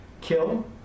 kill